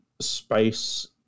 space